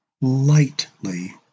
lightly